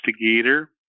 investigator